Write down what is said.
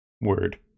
Word